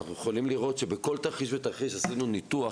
אנחנו יכולים לראות שבכל תרחיש ותרחיש עשינו ניתוח,